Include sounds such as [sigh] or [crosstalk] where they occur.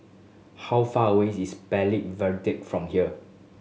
how far away is [unintelligible] from here